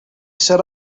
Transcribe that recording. set